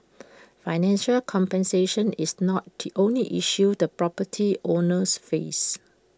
financial compensation is not the only issue the property owners face